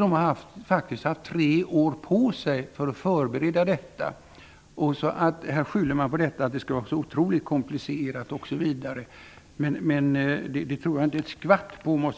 De har faktiskt haft tre år på sig för att förbereda detta. Här skyller man på att det skulle vara så otroligt komplicerat, osv. Men det tror jag inte ett skvatt på.